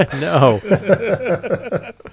No